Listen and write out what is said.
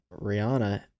Rihanna